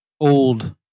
Old